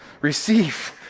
receive